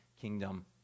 kingdom